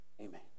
Amen